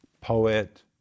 poet